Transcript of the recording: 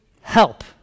help